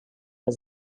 his